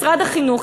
משרד החינוך,